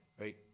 right